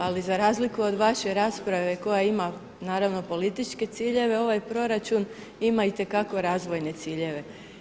Ali, za razliku od vaše rasprave koja ima naravno političke ciljeve, ovaj proračun ima itekako i razvojne ciljeve.